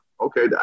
okay